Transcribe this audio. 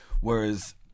Whereas